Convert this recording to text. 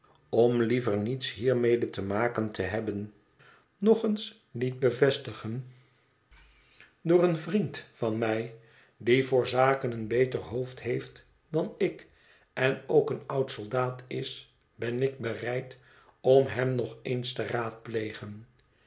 om liever niets hiermede te maken te hebben nog eens liet bevestigen door een vriend van mij die voor zaken een beter hoofd heeft dan ik en ook een oud soldaat is ben ik bereid om hem nog eens te raadplegen